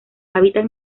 hábitat